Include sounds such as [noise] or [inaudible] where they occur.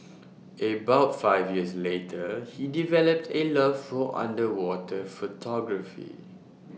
[noise] about five years later he developed A love for underwater photography